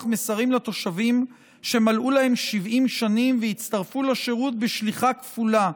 מסרים לתושבים שמלאו להם 70 שנים והצטרפו לשירות בשליחה כפולה,